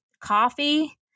coffee